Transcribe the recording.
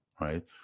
right